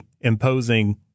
imposing